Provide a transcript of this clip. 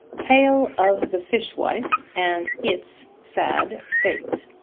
tale of the fishwife and its sad fate